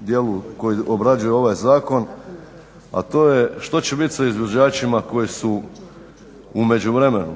dijelu koji obrađuje ovaj zakon, a to je što će bit sa izvođačima koji su u međuvremenu